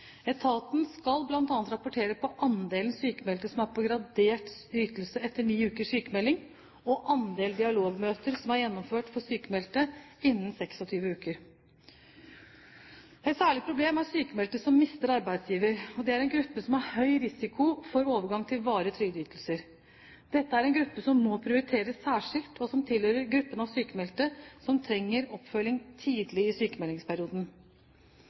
Etaten skal bl.a. rapportere på andelen sykmeldte som er på gradert ytelse etter ni ukers sykmelding, og andel dialogmøter som er gjennomført for sykmeldte innen 26 uker. Et særlig problem er sykmeldte som mister arbeidsgiver. Det er en gruppe som har høy risiko for overgang til varige trygdeytelser. Dette er en gruppe som må prioriteres særskilt, og som tilhører gruppen av sykmeldte som trenger oppfølging tidlig i